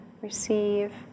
receive